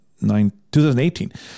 2018